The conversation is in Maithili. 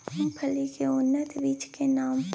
मूंगफली के उन्नत बीज के नाम?